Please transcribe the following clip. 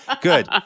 good